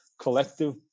collective